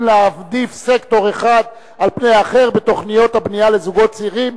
בהעדפת סקטור אחד על פני אחר בתוכנית הבנייה לזוגות צעירים